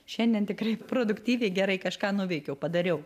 šiandien tikrai produktyviai gerai kažką nuveikiau padariau